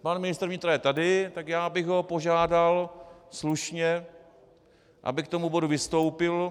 Pan ministr vnitra je tady, tak já bych ho požádal slušně, aby k tomu bodu vystoupil.